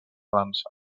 dansa